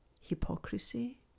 hypocrisy